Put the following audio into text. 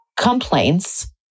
complaints